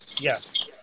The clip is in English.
Yes